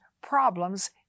problems